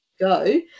go